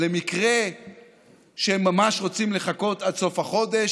ולמקרה שהם ממש רוצים לחכות עד סוף החודש